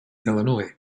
illinois